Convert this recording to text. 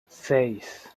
seis